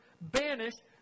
banished